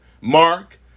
Mark